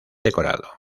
decorado